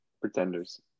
Pretenders